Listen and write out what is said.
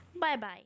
Bye-bye